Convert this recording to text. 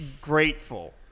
grateful